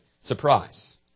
surprise